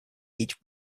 each